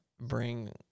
bring